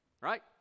right